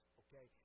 okay